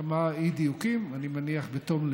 וכמה אי-דיוקים, אני מניח שבתום לב.